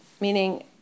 meaning